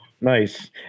nice